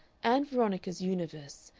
ann veronica's universe,